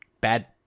bad